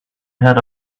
had